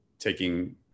taking